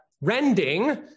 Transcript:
rending